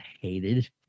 hated